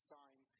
time